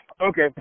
Okay